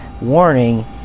warning